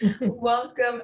welcome